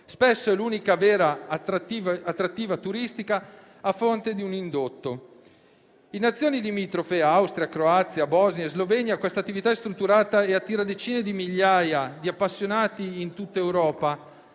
spesso è l'unica vera attrattiva turistica a fronte di un indotto. In Nazioni limitrofe (Austria, Croazia, Bosnia e Slovenia) questa attività è strutturata e attira decine di migliaia di appassionati in tutta Europa